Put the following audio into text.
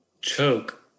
choke